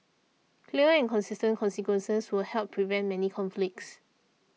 clear and consistent consequences will help prevent many conflicts